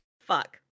Fuck